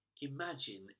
Imagine